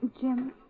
Jim